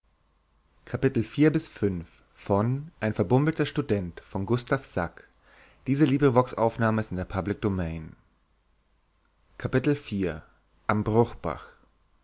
ein verbummelter student